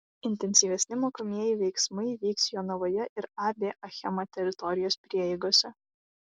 intensyvesni mokomieji veiksmai vyks jonavoje ir ab achema teritorijos prieigose